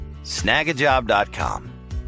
snagajob.com